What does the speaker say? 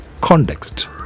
context